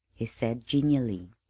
he said genially.